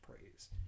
praise